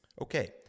Okay